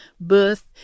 Birth